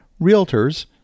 realtors